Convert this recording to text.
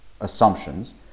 assumptions